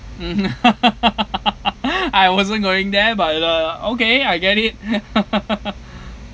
mmhmm I wasn't going there but okay I get it